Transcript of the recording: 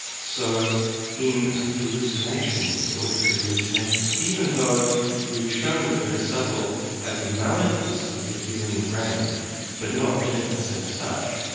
so in hallucinations, auditory hallucinations, even though we've shown that there are subtle abnormalities of the hearing brain but not deafness as such,